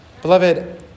Beloved